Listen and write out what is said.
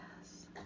yes